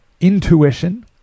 intuition